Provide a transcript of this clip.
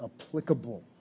applicable